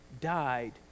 died